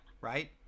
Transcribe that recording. right